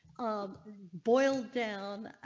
um boil down.